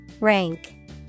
Rank